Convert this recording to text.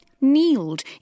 kneeled